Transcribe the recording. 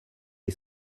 est